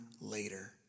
later